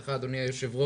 ולך אדוני היו"ר